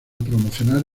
promocionar